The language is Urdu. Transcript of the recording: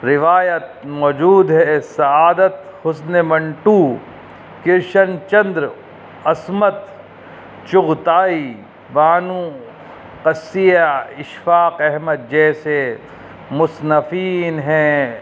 روایت موجود ہے سعادت حسن منٹو کرشن چندر عصمت چغتائی بانو قدسیہ اشفاق احمد جیسے مُصنّفین ہیں